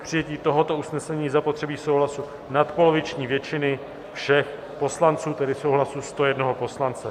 K přijetí tohoto usnesení je zapotřebí souhlasu nadpoloviční většiny všech poslanců, tedy souhlasu 101 poslance.